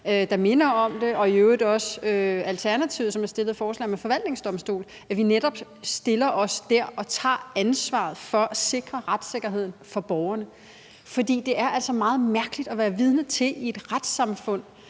der minder om det, og Alternativet, der har fremsat et forslag om en forvaltningsdomstol – netop stiller os der og tager ansvar for at sikre retssikkerheden for borgeren. For det er altså meget mærkeligt at være vidne til i et retssamfund,